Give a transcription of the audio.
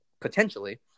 potentially